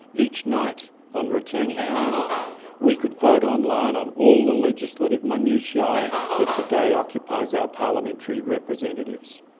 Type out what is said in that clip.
each night on returning home we could vote online on all the legislative minutiae that today occupies our parliamentary representatives.